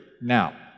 Now